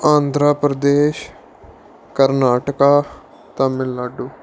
Andhra Pradesh Karnataka Tamil Nadu